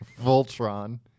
Voltron